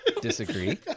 Disagree